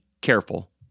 careful